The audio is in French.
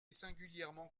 singulièrement